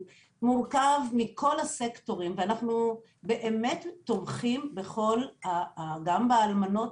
מורכב מכל הסקטורים ואנחנו באמת תומכים גם באלמנות,